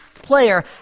player